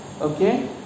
Okay